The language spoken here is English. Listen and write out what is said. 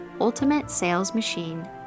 ultimatesalesmachine